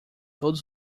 todos